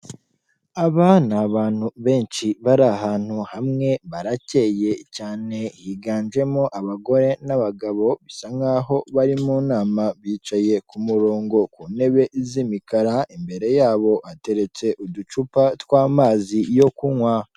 Aba ni abantu benshi bari ahantu hamwe, barakeye cyane, higanjemo abagore n'abagabo bisa nkaho bari mu nama, bicaye ku murongo ku ntebe z'imikara, imbere yabo hateretse uducupa tw'amazi yo kunywa.